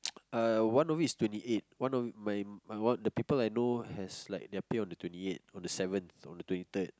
uh one of it is twenty eight one of my my one the people I know has like their pay on the twenty eight on the seventh on the twenty third